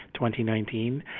2019